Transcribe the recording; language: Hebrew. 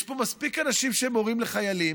יש פה מספיק אנשים שהם הורים לחיילים.